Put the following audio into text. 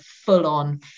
full-on